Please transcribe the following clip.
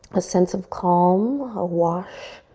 a sense of calm. a wash